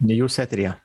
jūs eteryje